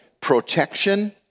protection